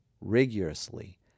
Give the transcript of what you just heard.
rigorously